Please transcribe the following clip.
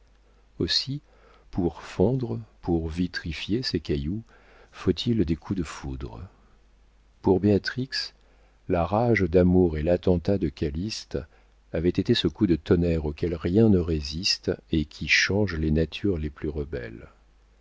aussi pour fondre pour vitrifier ces cailloux faut-il des coups de foudre pour béatrix la rage d'amour et l'attentat de calyste avaient été ce coup de tonnerre auquel rien ne résiste et qui change les natures les plus rebelles